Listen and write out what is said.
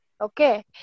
Okay